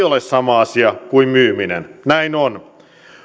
ole sama asia kuin myyminen näin on